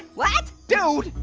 what? dude,